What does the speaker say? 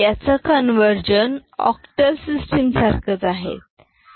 याचा conversion octal system सारखेच आहे